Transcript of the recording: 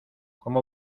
cómo